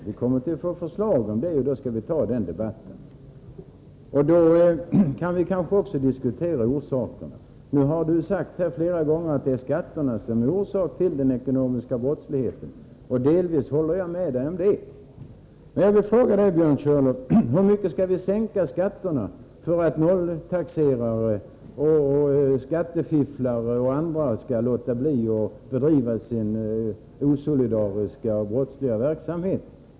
Vi kommer att få förslag därvidlag, och då skall vi föra en debatt i frågan. Därvid kan vi kanske också diskutera orsakerna. Björn Körlof har flera gånger sagt att det är skatterna som är orsaken till den ekonomiska brottsligheten, och delvis håller jag med om det. Men jag vill ändå fråga Björn Körlof: Hur mycket skall vi sänka skatten för att nolltaxerare, skattefifflare och andra skall låta bli att bedriva sin osolidariska och brottsliga verksamhet?